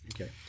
Okay